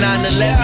9-11